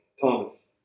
Thomas